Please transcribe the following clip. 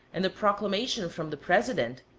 and the proclamation from the president,